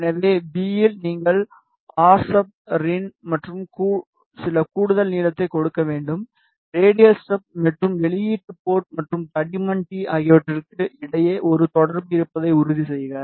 எனவே வி இல் நீங்கள் R sub R in rsub - rin மற்றும் சில கூடுதல் நீளத்தை கொடுக்க வேண்டும் ரேடியல் ஸ்டப் மற்றும் வெளியீட்டு போர்ட் மற்றும் தடிமன் டி ஆகியவற்றுக்கு இடையே ஒரு தொடர்பு இருப்பதை உறுதிசெய்க